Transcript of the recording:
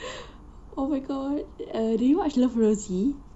oh my god do you watch love rosie